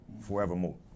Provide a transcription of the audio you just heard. forevermore